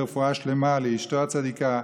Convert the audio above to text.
לרפואה שלמה לאשתו הצדיקה,